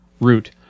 Root